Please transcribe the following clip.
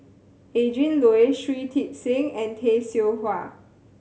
Adrin Loi Shui Tit Sing and Tay Seow Huah